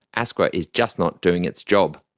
asqa is just not doing its job.